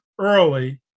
early